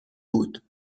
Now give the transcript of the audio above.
بود